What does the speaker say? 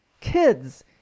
Kids